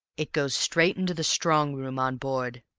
it goes straight into the strong-room on board.